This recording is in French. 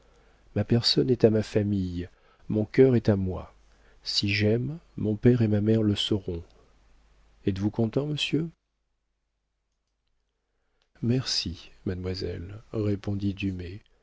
ma personne est à ma famille mon cœur est à moi si j'aime mon père et ma mère le sauront êtes-vous content monsieur merci mademoiselle répondit